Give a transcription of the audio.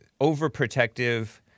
overprotective